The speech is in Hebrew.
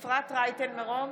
אפרת רייטן מרום,